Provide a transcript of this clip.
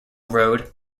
road